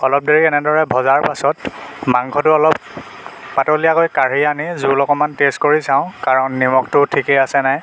অলপ দেৰি এনেদৰে ভজাৰ পাছত মাংসটো অলপ পাতলীয়াকৈ কাঢ়ি আনি জোল অকমান টেষ্ট কৰি চাওঁ কাৰণ নিমখটো ঠিকেই আছে নাই